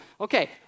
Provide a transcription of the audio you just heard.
Okay